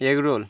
egg roll